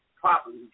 properly